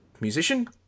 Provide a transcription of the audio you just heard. musician